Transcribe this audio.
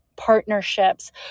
partnerships